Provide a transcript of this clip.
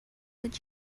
would